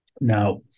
Now